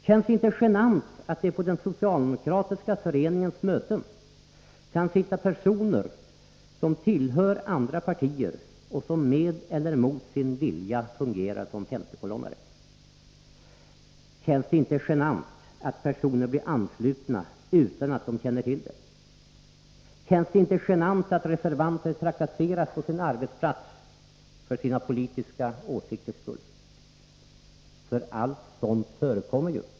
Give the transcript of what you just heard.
Känns det inte genant att det på den socialdemokratiska föreningens möten kan sitta personer som tillhör andra partier och som med eller mot sin vilja fungerar som femtekolonnare? Känns det inte genant att personer blir anslutna utan att de känner till det? Känns det inte genant att reservanter trakasseras på sin arbetsplats för sina politiska åsikters skull? Allt sådant förekommer ju!